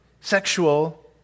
sexual